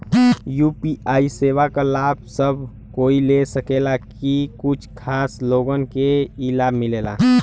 UPI सेवा क लाभ सब कोई ले सकेला की कुछ खास लोगन के ई लाभ मिलेला?